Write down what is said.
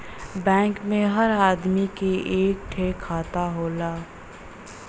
bank मे हर आदमी क एक ठे खाता होला